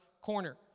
corner